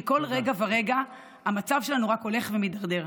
כי כל רגע ורגע המצב שלנו רק הולך ומידרדר.